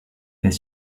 est